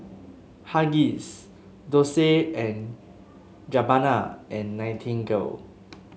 Huggies Dolce and Gabbana and Nightingale